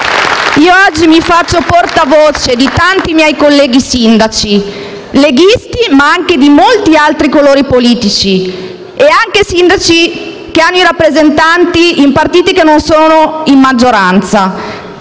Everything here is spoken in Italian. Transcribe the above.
Oggi mi faccio portavoce di tanti miei colleghi sindaci leghisti, ma anche di molti altri colori politici, e di quei sindaci che hanno propri rappresentanti in partiti che non sono in maggioranza,